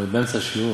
אבל אני באמצע השיעור.